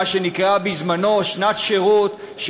מה שנקרא בזמנו שנת שירות,